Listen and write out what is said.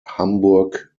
hamburg